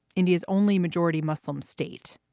india's only majority muslim state.